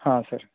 हा सर